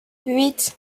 huit